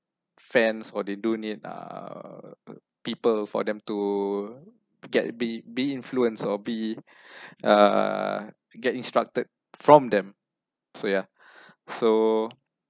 fans or they do need uh people for them to get be be influence or be uh get instructed from them so yeah so